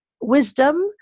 wisdom